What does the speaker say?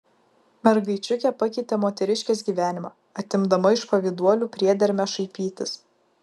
mergaičiukė pakeitė moteriškės gyvenimą atimdama iš pavyduolių priedermę šaipytis